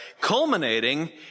culminating